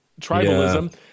tribalism